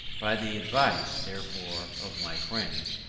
by the advice, therefore, of my friends,